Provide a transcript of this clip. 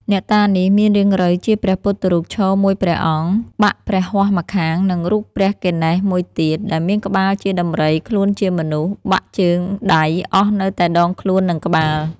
អ្នកតានេះ មានរាងរៅជាព្រះពុទ្ធរូបឈរមួយព្រះអង្គ បាក់ព្រះហស្តម្ខាង និងរូបព្រះគណេស មួយទៀត ដែលមានក្បាលជាដំរីខ្លួនជាមនុស្ស បាក់ជើង-ដៃអស់នៅតែដងខ្លួននិងក្បាល